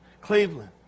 Cleveland